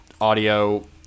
Audio